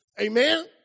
Amen